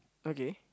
okay